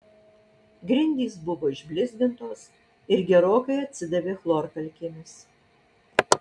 grindys buvo išblizgintos ir gerokai atsidavė chlorkalkėmis